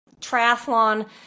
triathlon